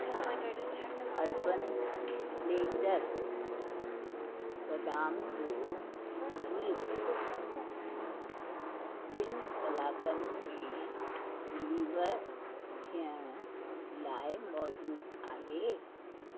छा urban platter बदाम जो खीर ॿिनि कलाकनि में डिलीवर थियण लाइ मौजूद आहे